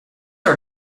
are